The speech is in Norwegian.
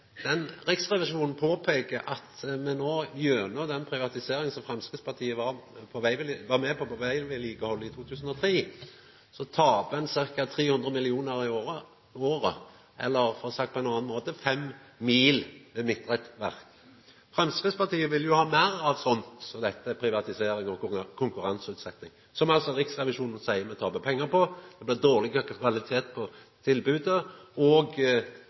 Riksrevisjonen påpeiker at me gjennom den privatiseringa som Framstegspartiet var med på på veg og vedlikehald i 2003, no taper ca. 300 mill. kr i året, eller sagt på ein annen måte: 5 mil med midtrekkverk. Framstegspartiet vil jo ha meir av dette – privatisering og konkurranseutsetjing – som Riksrevisjonen altså seier me taper pengar på, som gir dårlegare kvalitet på tilbodet, og